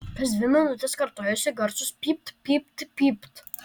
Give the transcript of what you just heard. kas dvi minutes kartojosi garsūs pypt pypt pypt